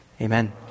Amen